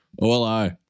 Oli